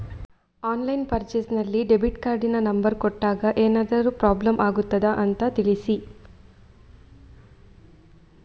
Online purchase ನಲ್ಲಿ debit ಕಾರ್ಡಿನ number ಕೊಟ್ಟಾಗ ಏನಾದರೂ ಪ್ರಾಬ್ಲಮ್ ಆಗುತ್ತದ ಅಂತ ತಿಳಿಸಿ?